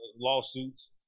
lawsuits